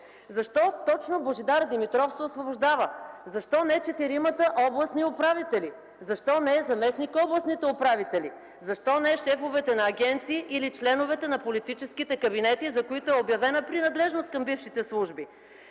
Защо точно Божидар Димитров се освобождава? Защо не четиримата областни управители? Защо не заместник-областните управители? Защо не шефовете на агенции или членовете на политическите кабинети, за които е обявена принадлежност към бившите служби?